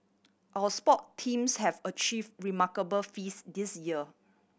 our sport teams have achieve remarkable feats this year